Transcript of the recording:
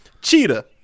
Cheetah